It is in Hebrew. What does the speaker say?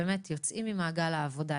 באמת יוצאים ממעגל העבודה,